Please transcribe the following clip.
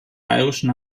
bayerischen